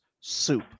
soup